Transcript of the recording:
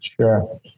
Sure